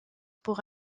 pour